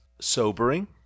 sobering